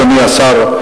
אדוני השר,